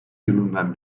yılından